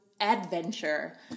adventure